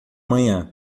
manhã